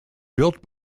built